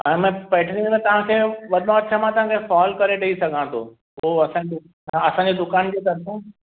हा मां पेटनी में तव्हांखे वधि में वधि मां तव्हांखे फॉल करे ॾेई सघां थो पोइ असां असांजे दुकानु जे भरसां